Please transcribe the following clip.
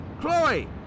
Chloe